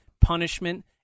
punishment